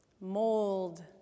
Mold